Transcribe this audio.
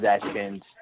possessions